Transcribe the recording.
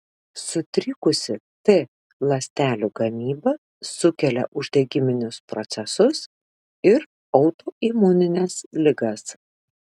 sutrikusi t ląstelių gamyba sukelia uždegiminius procesus ir autoimunines ligas